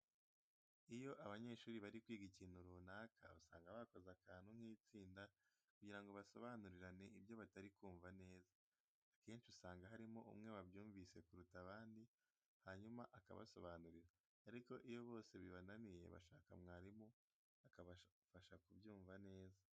Iyo abanyeshuri bari kwiga ikintu runaka usanga bakoze akantu nk'itsinda kugira ngo basobanurirane ibyo batari kumva neza. Akenshi usanga harimo umwe wabyumvise kuruta abandi hanyuma akabasobanurira, ariko iyo bose bibananiye bashaka mwarimu akabafasha kubyumva neza.